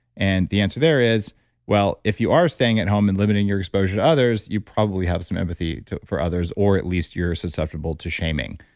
and the answer there is well, if you are staying at home and limiting your exposure to others, you probably have some empathy for others, or at least you're susceptible to shaming,